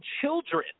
children